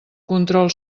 control